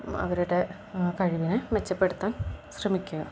അവരുടെ കഴിവിനെ മെച്ചപ്പെടുത്താൻ ശ്രമിക്കുക